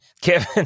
Kevin